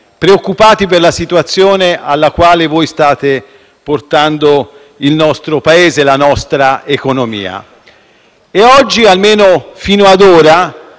preoccupati per la situazione alla quale state portando il nostro Paese e la nostra economia e oggi - almeno fino ad ora